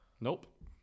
Nope